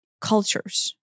cultures